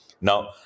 Now